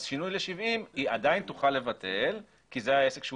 אז בשינוי ל-70 היא עדיין תוכל לבטל כי זה העסק שהוא